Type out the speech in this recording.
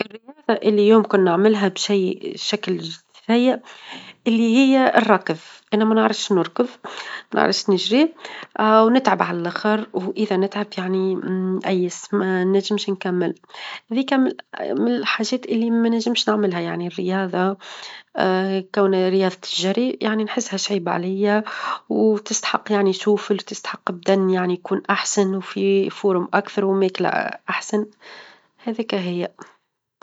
الرياظة اللي يمكن نعملها -بشي- بشكل -شي- سيء، اللي هي الركظ، أنا ما نعرفش نركظ، ما نعرفش نجري، ونتعب على اللخر، وإذا نتعب يعني نأيس ما نجمش نكمل، هذيك من<> الحاجات اللي ما نجمش نعملها يعني الرياظة كون رياظة الجري يعني نحسها شايبة عليا، وتستحق يعني توفل، وتسحق يعنى بدن يكون أحسن، وفي فورم أكثر، وماكلة أحسن هذيك هي.